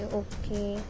okay